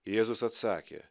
jėzus atsakė